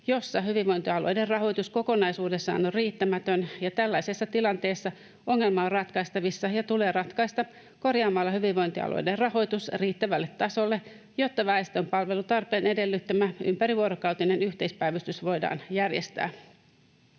jossa hyvinvointialueiden rahoitus kokonaisuudessaan on riittämätön, ja tällaisessa tilanteessa ongelma on ratkaistavissa ja tulee ratkaista korjaamalla hyvinvointialueiden rahoitus riittävälle tasolle, jotta väestön palvelutarpeen edellyttämä ympärivuorokautinen yhteispäivystys voidaan järjestää.